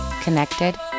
connected